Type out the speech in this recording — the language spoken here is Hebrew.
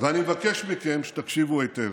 חברת הכנסת מירב